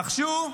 נחשו.